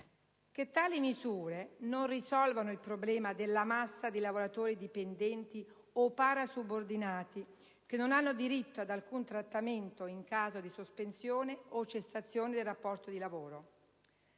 che tali misure non risolvono il problema della massa di lavoratori dipendenti o parasubordinati che non hanno diritto ad alcun trattamento in caso di sospensione o cessazione del rapporto di lavoro;